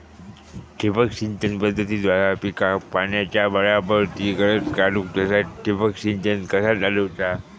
ठिबक सिंचन पद्धतीद्वारे पिकाक पाण्याचा बराबर ती गरज काडूक तसा ठिबक संच कसा चालवुचा?